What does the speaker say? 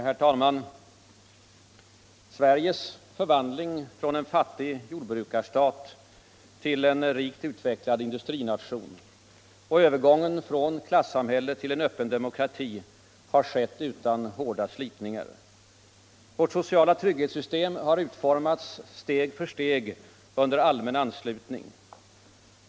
Herr talman! Sveriges förvandling från en fattig jordbrukarstat till en rikt utvecklad industrination och övergången från klassamhälle till en öppen demokrati har skett utan hårda slitningar. Vårt sociala trygghetssystem har utformats steg för steg under allmän anslutning.